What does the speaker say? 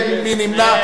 מי נמנע?